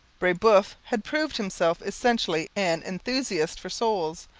brebeuf had proved himself essentially an enthusiast for souls,